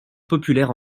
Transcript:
populaire